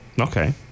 okay